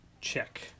check